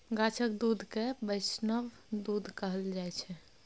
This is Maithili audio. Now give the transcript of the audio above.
गाछक दुध केँ बैष्णव दुध कहल जाइ छै